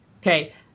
Okay